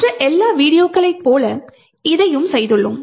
மற்ற எல்லா வீடியோக்களை போல இதையும் செய்துள்ளோம்